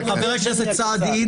חבר הכנסת סעדי,